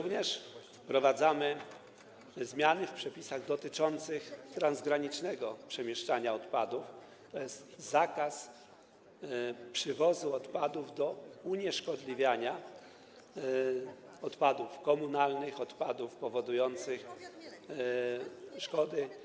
Wprowadzamy również zmiany w przepisach dotyczących transgranicznego przemieszczania odpadów, zakaz przywozu odpadów do unieszkodliwiania, odpadów komunalnych, odpadów powodujących szkody.